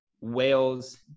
Wales